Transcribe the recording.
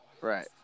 Right